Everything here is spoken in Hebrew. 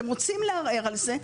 אתם רוצים ערער על זה?